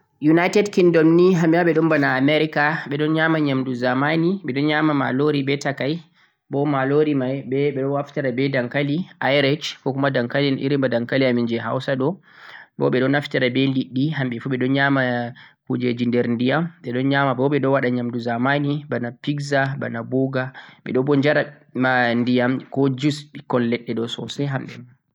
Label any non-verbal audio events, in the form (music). United Kingdom ni hamɓe ma ɓe ɗon bana America ɓe ɗon nyama nyamdu zamani, ɓe ɗon nyama malori be takai bo malori mai bo be ɓe ɗo naftira be dankali irish kokuma dankali irin bana dankali amin je hausa ɗo, bo ɓe ɗon naftira be liɗɗi hamɓe fu ɓe ɗon nyama kujeji nder ndiyam, ɓe ɗon nyama bo ɓe ɗon waɗa nyamdu zamani bana pizza, bana burger, ɓe ɗon bo jara (hesitation) ndiyam ko juice ɓikkon leɗɗe ɗo sosai hamɓe ma.